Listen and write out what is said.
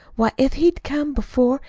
why, if he'd come before,